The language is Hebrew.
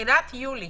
בתחילת יולי